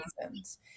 reasons